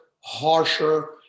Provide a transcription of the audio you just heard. harsher